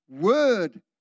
word